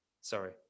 Sorry